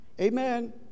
Amen